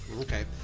Okay